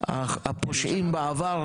הפושעים בעבר,